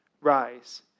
rise